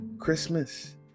christmas